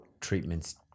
treatments